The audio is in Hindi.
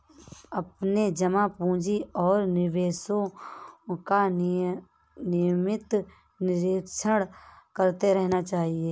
अपने जमा पूँजी और निवेशों का नियमित निरीक्षण करते रहना चाहिए